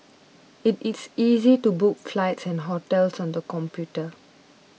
it is easy to book flights and hotels on the computer